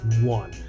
one